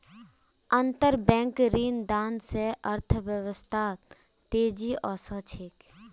अंतरबैंक ऋणदान स अर्थव्यवस्थात तेजी ओसे छेक